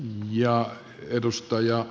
herra puhemies